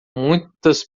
muitas